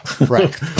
Right